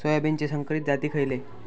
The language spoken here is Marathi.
सोयाबीनचे संकरित जाती खयले?